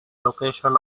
location